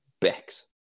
Bex